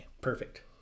perfect